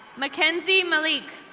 mackenzie malik.